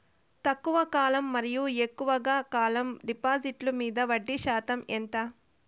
తక్కువ కాలం మరియు ఎక్కువగా కాలం డిపాజిట్లు మీద వడ్డీ శాతం ఎంత?